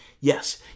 yes